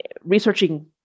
researching